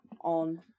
on